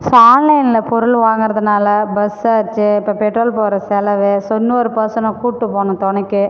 so ஆன்லைனில் பொருள் வாங்கிறதுனால பஸ் சார்ஜு இப்போ பெட்ரோல் போடுற செலவு ஸோ இன்னொரு பர்சனை கூப்பிட்டு போகணும் துணைக்கி